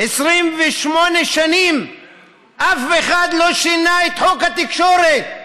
28 שנים אף אחד לא שינה את חוק התקשורת.